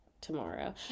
tomorrow